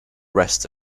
rest